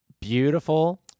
beautiful